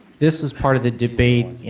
this is part of the debate